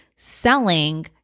Selling